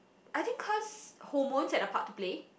I think cause hormones had a part to play